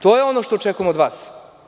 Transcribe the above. To je ono što očekujemo od vas.